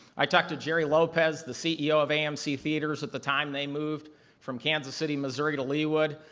i talk to jerry lopez, the ceo of amc theaters at the time they moved from kansas city, missouri, to leewood.